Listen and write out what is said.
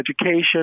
Education